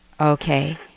Okay